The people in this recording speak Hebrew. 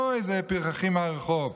לא איזה פרחחים מהרחוב,